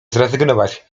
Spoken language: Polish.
zrezygnować